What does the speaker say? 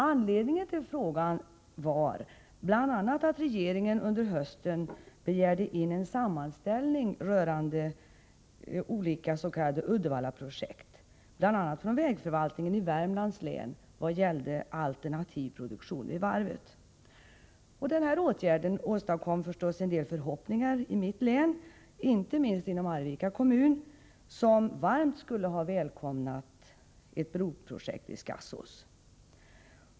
Anledningen till frågan var bl.a. att regeringen under hösten begärde in en sammanställning rörande olika s.k. Uddevallaprojekt, bl.a. från vägförvaltningen i Värmlands län i vad gällde alternativ produktion vid varvet. Den här åtgärden åstadkom förstås en del förhoppningar i mitt län, inte minst i Arvika kommun, som skulle ha välkomnat ett broprojekt vid Skasås.